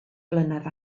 flynedd